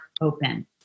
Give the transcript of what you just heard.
open